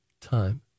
time